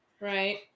Right